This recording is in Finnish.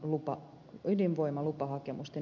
arvoisa puhemies